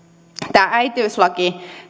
tämä äitiyslaki